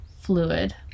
fluid